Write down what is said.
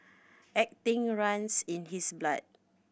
acting runs in his blood